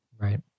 Right